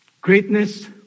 greatness